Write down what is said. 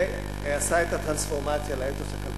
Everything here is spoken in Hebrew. ועשה טרנספורמציה לאתוס כלכלי-טכנולוגי.